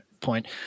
point